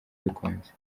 bikunze